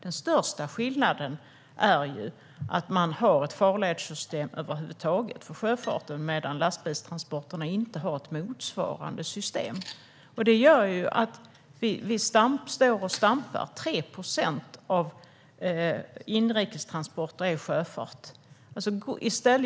Den största skillnaden är ju att man har ett farledssystem över huvud taget för sjöfarten medan lastbilstransporterna inte har ett motsvarande system. Det gör att vi står och stampar. 3 procent av inrikestransporterna är sjöfart.